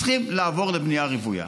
צריכים לעבור לבנייה רוויה.